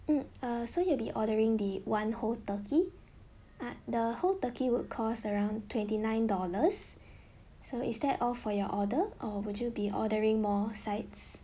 mm uh so you'll be ordering the one whole turkey uh the whole turkey would cost around twenty nine dollars so is that all for your order or would you be ordering more sides